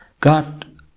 God